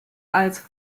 als